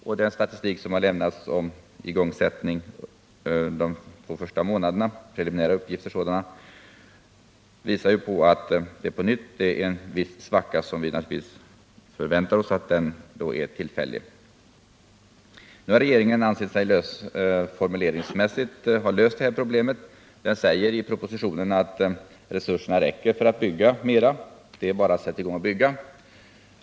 De preliminära statistiska uppgifter som lämnats om igångsättning under de två första månaderna i år visar att det på nytt är en viss svacka, som vi naturligtvis förväntar oss är tillfällig. Regeringen anser sig nu formule ringsmässigt sett ha löst det här problemet — den säger i propositionen att resurserna räcker för att bygga mer. Det är bara att sätta i gång att bygga.